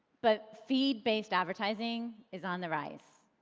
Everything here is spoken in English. but feed-based advertising is on the rise.